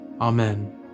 Amen